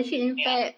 ya